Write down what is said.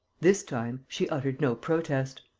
this time, she uttered no protest.